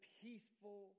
peaceful